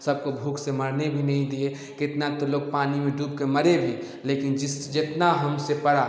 सबको भूख से मरने भी नही दिए कितना तो लोग पानी में डूब के मरे भी लेकिन जिस जितना हमसे परा